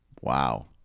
wow